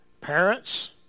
parents